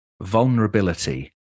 Vulnerability